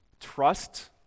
Trust